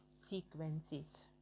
sequences